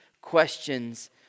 questions